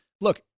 Look